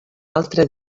altre